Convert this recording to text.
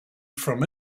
from